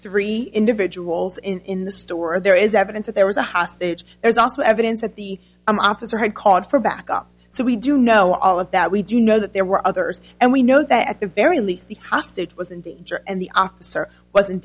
three individuals in the store there is evidence that there was a hostage there's also evidence that the i'm officer had called for backup so we do know all of that we do know that there were others and we know that at the very least the hostage was in danger and the officer was